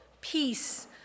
peace